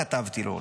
כתבתי לו,